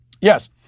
Yes